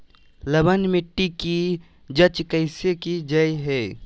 लवन मिट्टी की जच कैसे की जय है?